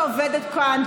שעובדת כאן,